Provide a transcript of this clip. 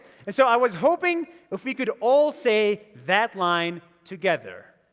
and so i was hoping if we could all say that line together.